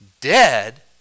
Dead